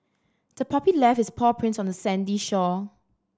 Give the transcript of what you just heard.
the puppy left its paw prints on the sandy shore